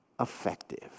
effective